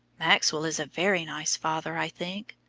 maxwell is a very nice father, i think.